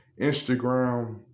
instagram